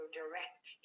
direct